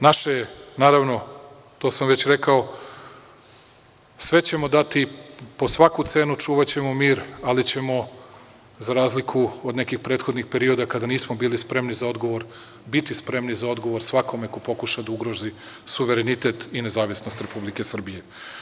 Naravno, to sam već rekao, sve ćemo dati, po svaku cenu čuvaćemo mir, ali ćemo, za razliku od nekih prethodnih perioda kada nismo bili spremni za odgovora, biti spremni za odgovor svakome ko pokuša da ugrozi suverenitet i nezavisnost Republike Srbije.